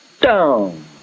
Down